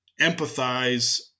empathize